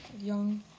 Young